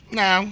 no